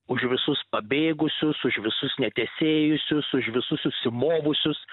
už visus pabėgusius už visus netesėjusius už visus susimovusius